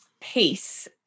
peace